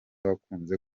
wakunze